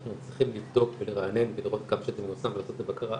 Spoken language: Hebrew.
אנחנו צריכים לבדוק ולרענן ולראות כמה שזה מיושם ולעשות על זה בקרה,